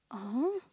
uh